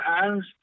hands